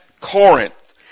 Corinth